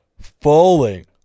falling